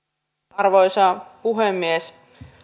arvoisa puhemies